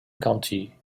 county